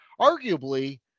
arguably –